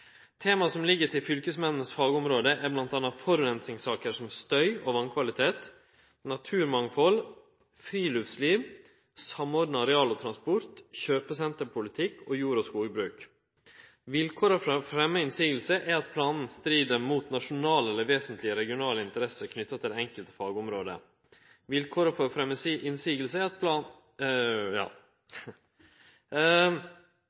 Tema som ligg til fylkesmennene sine fagområde er bl.a. forureiningssaker som støy og vasskvalitet, naturmangfald, friluftsliv, samordna areal- og transportplanlegging, kjøpesenterpolitikk og jord- og skogbruk. Vilkåra for å fremje motsegn er at planen strir mot nasjonale eller vesentlege regionale interesser knytt til det enkelte fagområde.